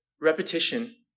repetition